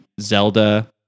Zelda